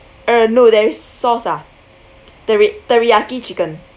uh no there is sauce ah teri~ teriyaki chicken